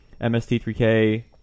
MST3K